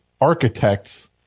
architects